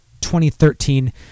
2013